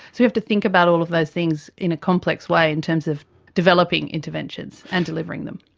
so we have to think about all of those things in a complex way, in terms of developing interventions and delivering them.